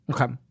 Okay